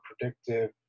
predictive